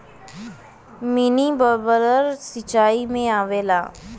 mini bubbler सिचाई में आवेला